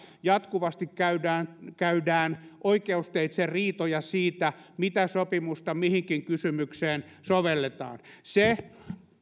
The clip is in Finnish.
jatkuvasti käydään oikeusteitse riitoja siitä mitä sopimusta mihinkin kysymykseen sovelletaan se